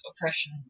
oppression